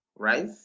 right